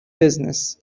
business